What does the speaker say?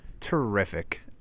Terrific